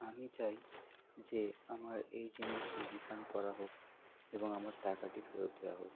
আমি চাই যে আমার এই জিনিসটি রিফাণ্ড করা হোক এবং আমার টাকাটি ফেরত দেওয়া হোক